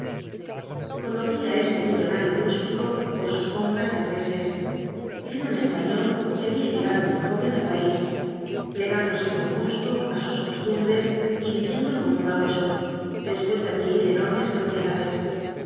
conocía á este millonario rústico por sus compras de reses era un español que había llegado muy joven al f v blao ibáñbz país plegándose con gusto á sus costumbres y viviendo como un gaucho después de adquirir enormes propiedades